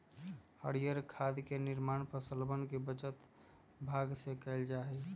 हरीयर खाद के निर्माण फसलवन के बचल भाग से कइल जा हई